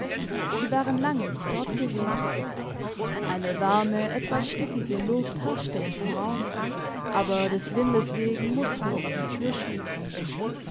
sie waren lange nicht dort gewesen eine warme etwas stickige luft herrschte in dem raum aber des windes wegen mussten sie die tür schliessen